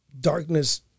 darkness